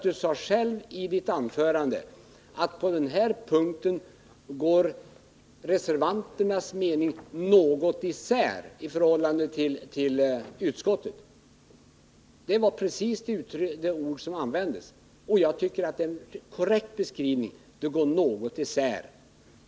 Ni sade själv i ert anförande att reservanternas mening på denna punkt går något isär i förhållande till utskottets. Det var just de ord som användes, och jag tycker att det var en korrekt beskrivning: meningarna går något isär.